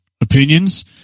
opinions